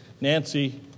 Nancy